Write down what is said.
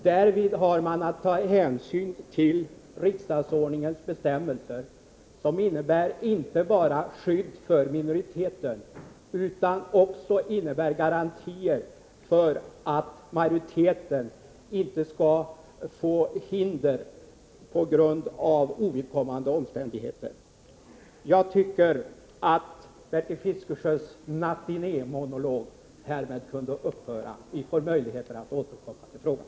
Därvid har man att ta hänsyn till riksdagsordningens bestämmelser, som innebär inte bara skydd för minoriteten, utan också garantier för att majoriteten inte skall få hinder på grund av ovidkommande omständigheter. Jag tycker att Bertil Fiskesjös nattiné-monolog härmed kunde upphöra. Vi får möjlighet att återkomma i frågan.